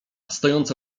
stojący